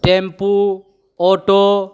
tempo auto